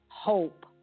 hope